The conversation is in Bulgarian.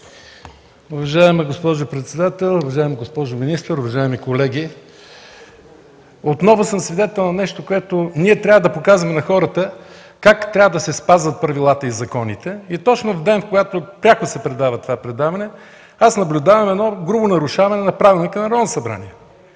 Уважаема госпожо председател, уважаема госпожо министър, уважаеми колеги! Отново съм свидетел на нещо, което… Ние трябва да показваме на хората как трябва да се спазват правилата и законите. Точно в ден, когато контролът се предава пряко, наблюдавам грубо нарушаване на Правилника на Народното събрание!